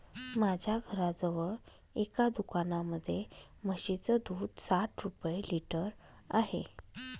माझ्या घराजवळ एका दुकानामध्ये म्हशीचं दूध साठ रुपये लिटर आहे